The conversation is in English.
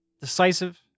decisive